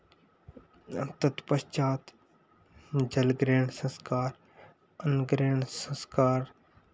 अब तत्पश्चात जल ग्रहण संस्कार अन्न ग्रहण संस्कार